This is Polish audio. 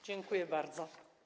Dziękuję bardzo.